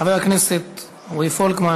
חבר הכנסת רועי פולקמן,